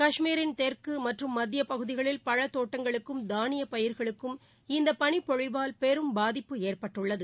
காஷ்மீரின் தெற்கு மற்றும் மத்திய பகுதிகளில் பழத்தோட்டங்களுக்கும் தானிய பயிர்களுக்கும் இந்த பனிப்பொழிவால் பெரும் பாதிப்பு ஏற்பட்டுள்ளது